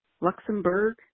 Luxembourg